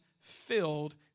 filled